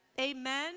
Amen